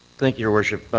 thank you, your worship.